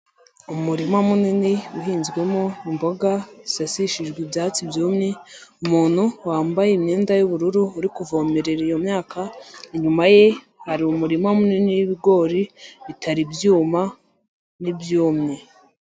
Umurima munini uhinzwemo imboga zisasishijwe ibyatsi byumye, umuntu wambaye imyenda y'ubururu uri kuvomerera iyo myaka, inyuma ye hari umurima munini w'ibigori bitari byuma n'ibyumye.